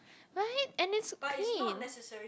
right and then so clean